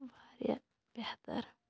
واریاہ بہتَر